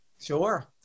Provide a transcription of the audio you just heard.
Sure